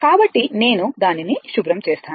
కాబట్టి నేను దానిని శుభ్రం చేస్తాను